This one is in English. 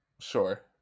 Sure